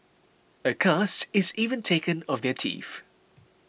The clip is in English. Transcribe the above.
a cast is even taken of their teeth